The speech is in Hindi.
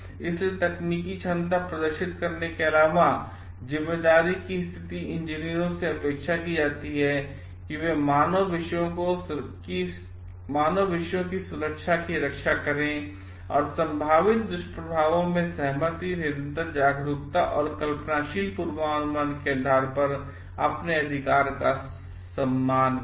इसलिए तकनीकी क्षमता प्रदर्शित करने के अलावा जिम्मेदारी की स्थिति इंजीनियरों से अपेक्षा की जाती है कि वे मानव विषयों की सुरक्षा की रक्षा करें और संभावित दुष्प्रभावों के बारे में सहमति निरंतर जागरूकता और कल्पनाशील पूर्वानुमान के अपने अधिकार का सम्मान करें